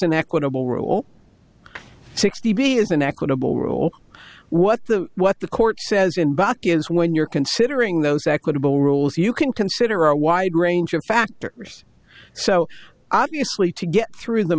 an equitable rule sixty b is an equitable rule what the what the court says inbox is when you're considering those equitable rules you can consider a wide range of factors so obviously to get through the